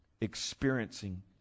experiencing